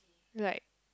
like